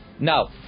No